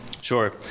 sure